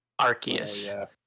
Arceus